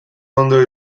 ondo